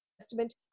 Testament